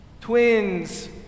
Twins